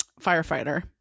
firefighter